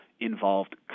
involved